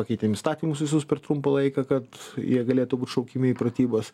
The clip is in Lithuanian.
pakeitėm įstatymus visus per trumpą laiką kad jie galėtų būt šaukiami į pratybas